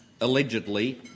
allegedly